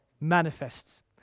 manifests